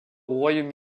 royaume